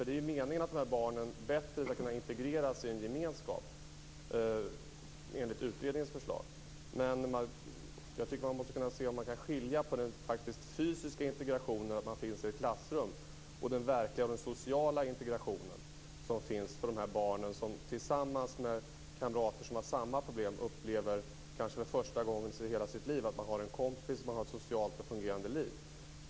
Det är meningen att barnen enligt utredningens förslag bättre skall kunna integreras i en gemenskap. Jag tycker att man måste skilja på den fysiska integrationen, att barnen finns i ett klassrum, och den verkliga och sociala integrationen som finns för de här barnen. Tillsammans med kamrater som har samma problem upplever de kanske för första gången i hela sitt liv att de har en kompis och ett socialt fungerande liv.